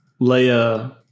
Leia